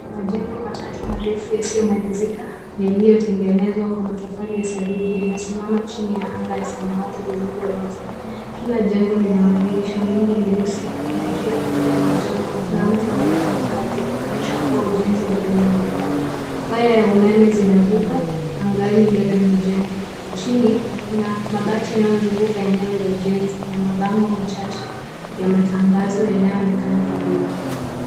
Majengo marefu matatu yasiyo malizika yaliyo tengenezwa kwa matofali ya saruji. Yanasimama chini ya anga ya samawati lililo wazi. Kila jengo lina madirisha mengi meusi na juu ya moja ya majengo kuna mtu anaye fanya kazi akionyesha kuwa ujenzi bado unaendelea. Waya ya umeme zinavuka angani mbele ya majengo. Chini kuna mabati yanayo zunguka eneo la ujenzi na mabango machache ya matangazo yanayo onekana karibu.